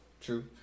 True